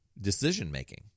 decision-making